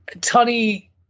Tony